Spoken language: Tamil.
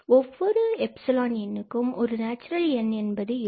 ஒவ்வொரு 𝜖 எண்ணுக்கும் ஒரு நேச்சுரல் எண் N என்பது இருக்கும்